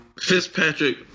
Fitzpatrick